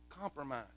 Compromise